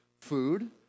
food